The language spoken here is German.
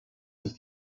sich